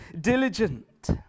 diligent